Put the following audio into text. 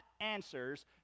answers